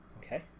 Okay